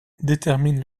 détermine